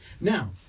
Now